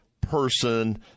person